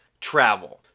travel